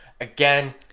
Again